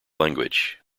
language